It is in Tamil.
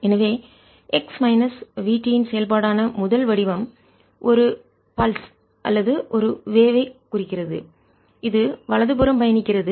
எனவே x மைனஸ் v t இன் செயல்பாடான முதல் வடிவம் ஒரு பல்ஸ் துடிப்பு அல்லது ஒரு வேவ்அலையை குறிக்கிறது இது வலதுபுறம் பயணிக்கிறது